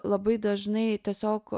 labai dažnai tiesiog